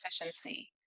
efficiency